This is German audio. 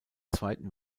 zweiten